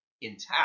intact